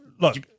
look